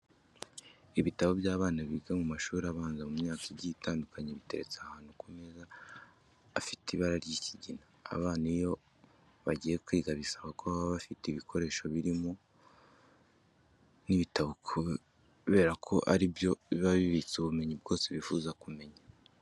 Ibitabo by'abana biga mu mashuri abanza mu myaka igiye itandukanye, biteretse ahantu ku meza afite ibara ry'ikigina. Abana iyo bagiye kwiga bisaba ko baba bafite ibikoresho birimo n'ibitabo kubera ko ari byo biba bibitse ubumenyi bwose bifuza kumenya.